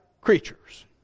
creatures